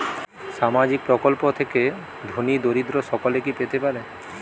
সামাজিক প্রকল্প থেকে ধনী দরিদ্র সকলে কি পেতে পারে?